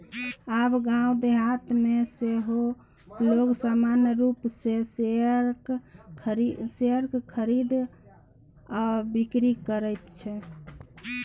आब गाम देहातमे सेहो लोग सामान्य रूपसँ शेयरक खरीद आ बिकरी करैत छै